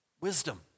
Wisdom